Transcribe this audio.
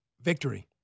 Victory